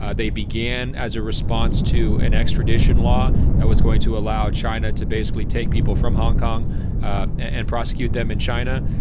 ah they began as a response to an extradition law that was going to allow china to basically take people from hong kong and prosecute them in china.